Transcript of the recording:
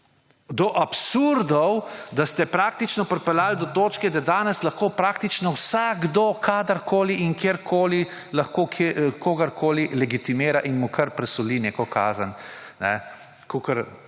do absurdov, da ste praktično pripeljali do točke, da danes lahko praktično vsakdo kadarkoli in kjerkoli kogarkoli legitimira in mu kar prisoli neko kazen,